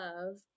love